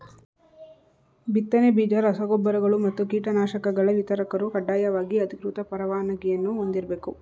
ಬಿತ್ತನೆ ಬೀಜ ರಸ ಗೊಬ್ಬರಗಳು ಮತ್ತು ಕೀಟನಾಶಕಗಳ ವಿತರಕರು ಕಡ್ಡಾಯವಾಗಿ ಅಧಿಕೃತ ಪರವಾನಗಿಯನ್ನೂ ಹೊಂದಿರ್ಬೇಕು